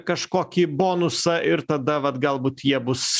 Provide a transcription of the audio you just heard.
kažkokį bonusą ir tada vat galbūt jie bus